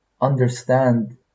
understand